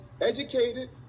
educated